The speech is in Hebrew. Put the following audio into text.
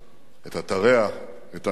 את אתריה, את אנשיה.